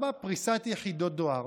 פריסת יחידות דואר,